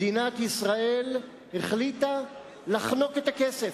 מדינת ישראל החליטה לחנוק את הכסף,